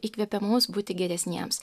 įkvepia mus būti geresniems